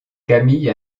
camille